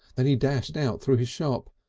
then he dashed out through his shop.